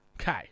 Okay